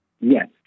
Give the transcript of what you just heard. Yes